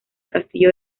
castillo